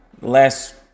Last